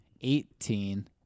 eighteen